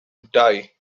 die